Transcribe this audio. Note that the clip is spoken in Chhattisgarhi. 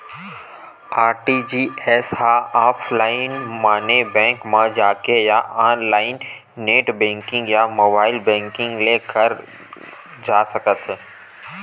आर.टी.जी.एस ह ऑफलाईन माने बेंक म जाके या ऑनलाईन नेट बेंकिंग या मोबाईल बेंकिंग ले करे जा सकत हे